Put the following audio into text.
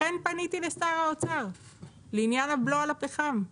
לכן פניתי לשר האוצר בעניין הבלו על הפחם,